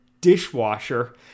dishwasher